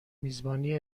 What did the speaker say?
میزبانی